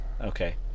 Okay